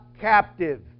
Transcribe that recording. captive